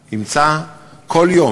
עם זה שהיא מוכנה,